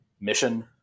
mission